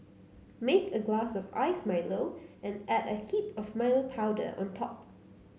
make a glass of iced Milo and add a heap of Milo powder on top